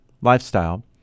lifestyle